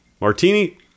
martini